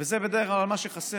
וזה בדרך כלל מה שחסר,